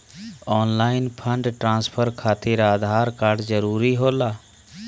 Online fund transfer खातिर Aadhaar card जरूरी होला?